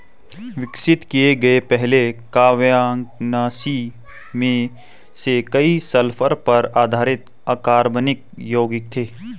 विकसित किए गए पहले कवकनाशी में से कई सल्फर पर आधारित अकार्बनिक यौगिक थे